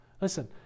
Listen